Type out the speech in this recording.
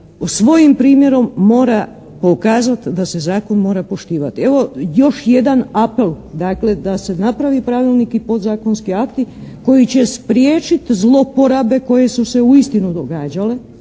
svojim primjerom mora pokazati da se zakon mora poštivati. Evo, još jedan apel dakle da se napravi pravilnik i podzakonski akti koji će spriječiti zlouporabe koje su se uistinu događale,